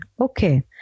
okay